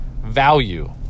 value